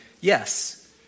yes